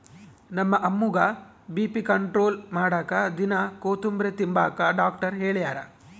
ನಮ್ಮ ಅಮ್ಮುಗ್ಗ BP control ಮಾಡಾಕ ದಿನಾ ಕೋತುಂಬ್ರೆ ತಿಂಬಾಕ ಡಾಕ್ಟರ್ ಹೆಳ್ಯಾರ